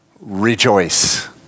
rejoice